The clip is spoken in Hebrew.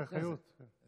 אסתר חיות, כן.